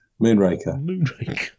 Moonraker